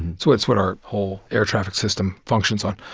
so it's what our whole air traffic system functions on.